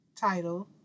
title